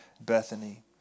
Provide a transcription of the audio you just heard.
Bethany